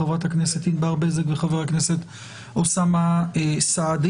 חברת הכנסת ענבל בזק וחבר הכנסת אוסאמה סעדי.